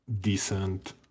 decent